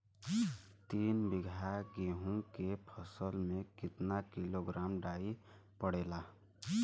तीन बिघा गेहूँ के फसल मे कितना किलोग्राम डाई पड़ेला?